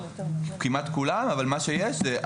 כמעט כולם אבל מה שיש זה,